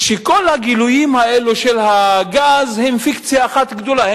שכל הגילויים האלה של הגז הם פיקציה אחת גדולה,